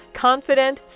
Confident